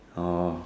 oh